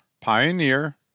Pioneer